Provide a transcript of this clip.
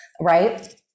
Right